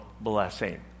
blessing